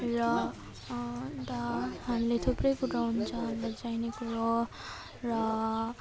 र अन्त हामीले थुप्रै कुरो हुन्छ हामीलाई चाहिने कुरो र